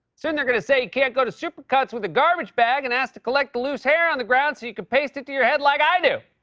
soon they're going to say you can't go to supercuts with a garbage bag and ask to collect the loose hair on the ground so you can paste it to your head like i do.